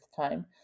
time